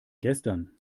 gestern